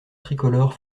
tricolore